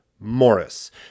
Morris